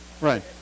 right